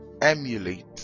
emulate